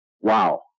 Wow